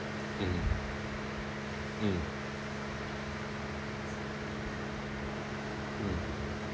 mm mm mm